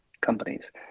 companies